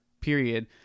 period